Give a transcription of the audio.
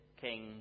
King